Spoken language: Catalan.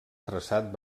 traçat